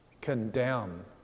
condemn